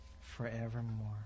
Forevermore